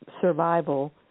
survival